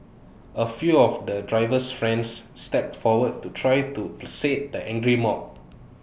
A few of the driver's friends stepped forward to try to placate the angry mob